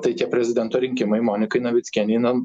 tai čia prezidento rinkimai monikai navickienei na